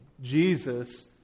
Jesus